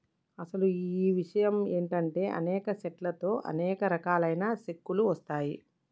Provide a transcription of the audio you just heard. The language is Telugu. అసలు ఇషయం ఏంటంటే అనేక సెట్ల తో అనేక రకాలైన సెక్కలు వస్తాయి